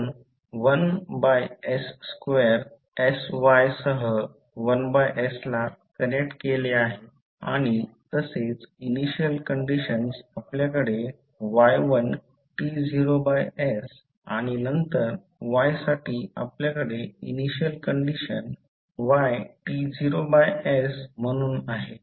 आपण 1 by s2 sy सह 1s ला कनेक्ट केले आहे आणि तसेच इनिशियल कंडिशन आपल्याकडे y1 t0s आणि नंतर y साठी आपल्याकडे इनिशियल कंडिशन yt0s म्हणून आहे